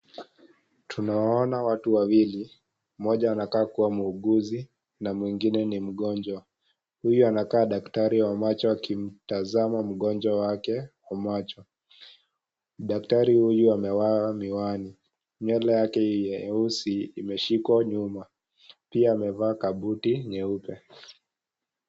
Tunaona watu wawili, mmoja anakaa kuwa muuguzi, na mwingine mgonjwa. Huyu anakaa daktari wa macho akimtazama mgonjwa wake kwa macho. Daktari huyu amevaa miwani. Nywele yake nyeusi imeshikwa nyuma. Pia amevaa kabuti nyeupe.